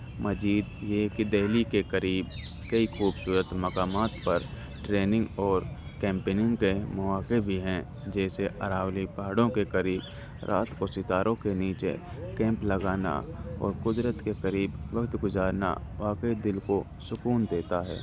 مزید یہ کہ دہلی کے قریب کئی خوبصورت مقامات پر ٹریننگ اور کیمپیننگ کے مواقع بھی ہیں جیسے اراولی پہاڑوں کے قریب رات کو ستاروں کے نیچے کیمپ لگانا اور قدرت کے قریب وقت گزارنا واقعی دل کو سکون دیتا ہے